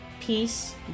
peace